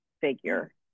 figure